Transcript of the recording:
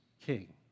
King